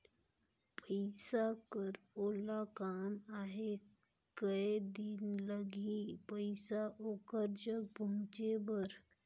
पइसा कर ओला काम आहे कये दिन लगही पइसा ओकर जग पहुंचे बर?